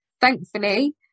thankfully